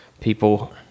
people